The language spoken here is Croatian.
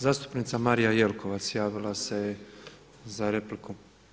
Zastupnica Marija Jelkovac javila se za repliku.